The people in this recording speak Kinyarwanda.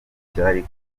cyari